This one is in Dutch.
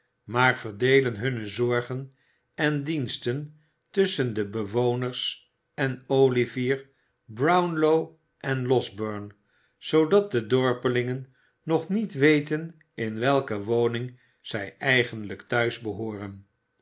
maar verdeelen hunne zorgen en diensten tusschen de bewoners en olivier brownlow en losberne zoodat de dorpelingen nog niet weten in welke woning zij eigenlijk thuis behooren